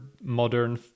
modern